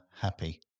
happy